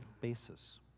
basis